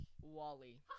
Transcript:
Wally